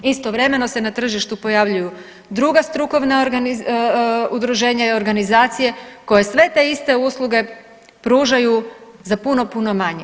Istovremeno se na tržištu se pojavljuju druga strukovna udruženja i organizacije koje sve te iste usluge pružaju za puno puno manje.